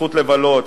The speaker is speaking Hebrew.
הזכות לבלות,